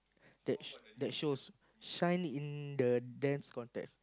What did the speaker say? that sh~ that shows shine in the Dance Contest